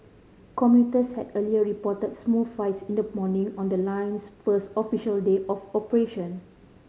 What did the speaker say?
commuters had earlier reported smooth rides in the morning on the line's first official day of operation